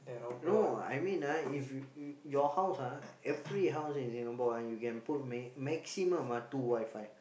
no I mean ah if if your house ah every house in Singapore ah you can put m~ maximum two WiFi